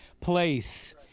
place